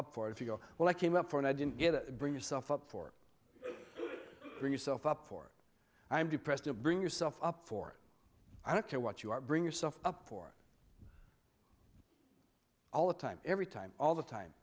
up for if you go well i came up for and i didn't get it bring yourself up for yourself up for i am depressed to bring yourself up for i don't care what you are bring yourself up for all the time every time all the time